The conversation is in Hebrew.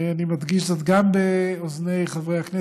אני מדגיש זאת גם באוזני חברי הכנסת,